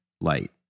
light